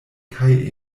kaj